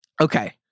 Okay